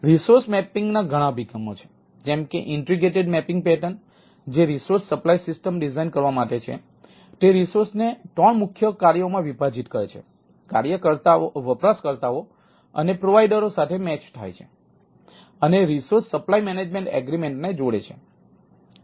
resource mapping ને જોડે છે